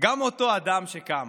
גם אותו אדם שקם,